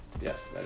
Yes